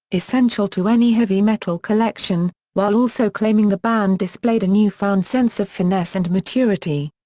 essential to any heavy metal collection, while also claiming the band displayed a newfound sense of finesse and maturity.